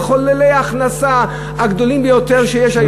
מחוללי ההכנסה הגדולים ביותר שיש היום.